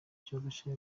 byoroshye